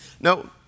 No